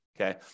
okay